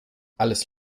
alles